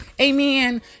Amen